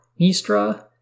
Mistra